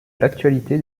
l’actualité